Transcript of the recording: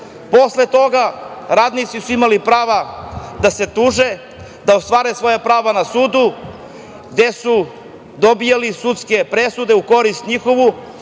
toga, radnici su imali prava da se tuže, da ostvaruju svoja prava na sudu, gde su dobijali sudske presude u njihovu